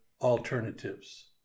alternatives